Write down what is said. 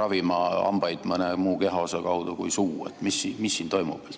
ravima hambaid mõne muu kehaosa kaudu kui suu? Mis siin toimub?